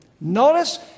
Notice